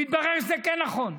מתברר שזה כן נכון.